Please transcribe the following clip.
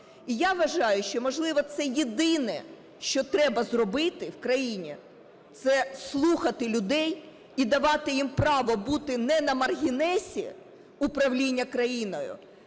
І я вважаю, що, можливо, це єдине, що треба зробити в країні – це слухати людей і давати їм право бути не на маргінесі управління країною,